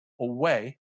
away